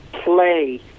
play